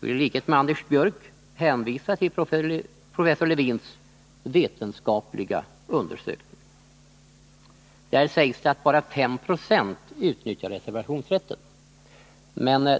I likhet med Anders Björck hänvisar jag till professor Lewins vetenskapliga undersökning. Den visar att bara 5 76 utnyttjar reservationsrätten.